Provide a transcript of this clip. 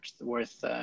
worth